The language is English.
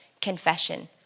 confession